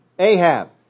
Ahab